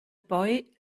boy